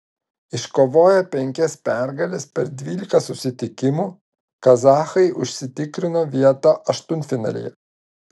iškovoję penkias pergales per dvylika susitikimų kazachai užsitikrino vietą aštuntfinalyje